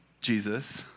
Jesus